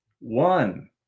one